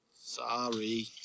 Sorry